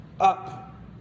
up